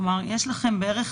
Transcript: כלומר, יש לכם בערך